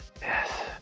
Yes